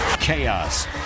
chaos